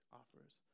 offers